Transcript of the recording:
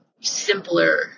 simpler